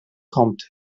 compte